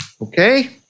okay